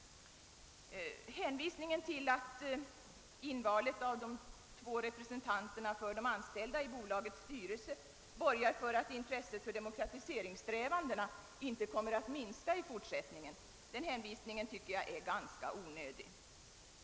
Hänvisningen till att invalet av de två representanterna för de anställda i bolagets styrelse borgar för »att intresset för demokratiseringssträvandena inte kommer att minska i fortsättningen» tycker jag är ganska onödig.